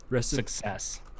Success